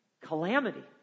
calamity